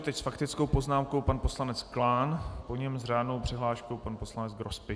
Teď s faktickou poznámkou pan poslanec Klán, po něm s řádnou přihláškou pan poslanec Grospič.